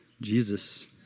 Jesus